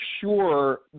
sure